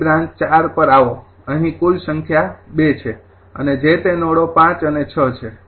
તેથી બ્રાન્ચ ૪ પર આવો અહીં કુલ સંખ્યા ૨ છે અને જે તે નોડો ૫ અને ૬ છે